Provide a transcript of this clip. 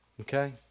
Okay